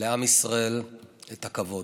לעם ישראל את הכבוד.